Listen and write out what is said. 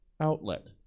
outlet